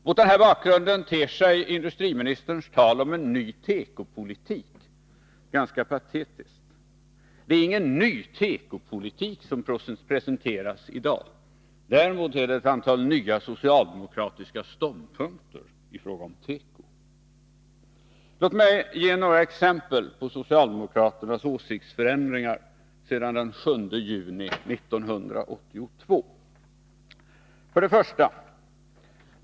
Mot denna bakgrund ter sig industriministerns tal om en ny tekopolitik ganska patetiskt. Det är ingen ny tekopolitik som presenteras i dag, däremot är det ett antal nya socialdemokratiska ståndpunkter i fråga om teko. Låt mig ge några exempel på socialdemokraternas åsiktsförändringar sedan den 7 juni 1982. 1.